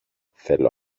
θέλω